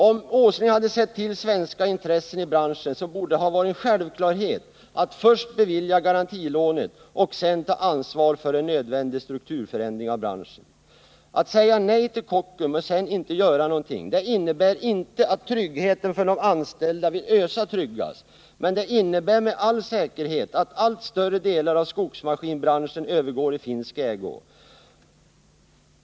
Om industriminister Åsling hade sett till svenska intressen i branschen, borde det ha varit en självklarhet att först bevilja garantilånen och sedan ta ansvar för en nödvändig strukturförändring i branschen. Att säga nej till Kockums och sedan inte göra någonting innebär inte att tryggheten för de anställda vid ÖSA tryggas, men det innebär med all säkerhet att allt större delar av skogsmaskinindustrin övergår i finsk ägo.